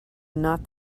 not